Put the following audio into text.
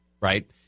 Right